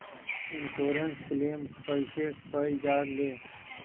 Insurance claim कइसे कइल जा ले?